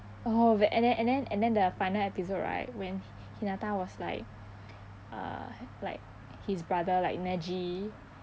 oh and and then and then and then the final episode right when hinata was like uh like his brother like neji